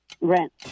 Rent